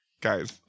guys